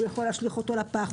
הוא יכול להשליך אותו לפח,